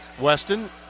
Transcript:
Weston